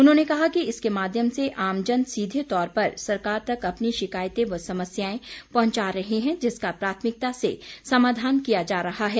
उनहोंने कहा कि इसके माध्यम से आमजन सीधे तौर पर सरकार तक अपनी शिकायतें व समस्यायें पहुंचा रहे हैं जिसका प्राथमिकता से समाधान किया जा रहा है